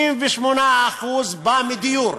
88% באים מדיור.